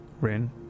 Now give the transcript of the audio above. Rin